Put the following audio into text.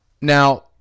Now